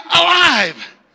alive